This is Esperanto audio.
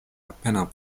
apenaŭ